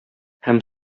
һәм